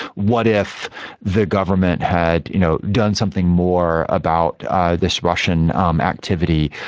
what if the government had you know done something more about this russian activity?